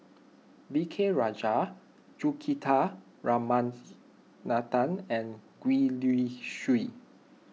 V K Rajah Juthika Raman and Gwee Li Sui